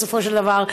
בסופו של דבר,